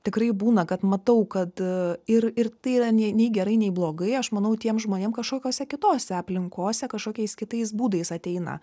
tikrai būna kad matau kad ir ir tai yra nei nei gerai nei blogai aš manau tiem žmonėm kažkokiose kitose aplinkose kažkokiais kitais būdais ateina